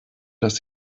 dass